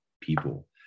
people